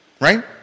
Right